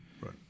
Right